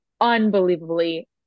unbelievably